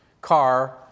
car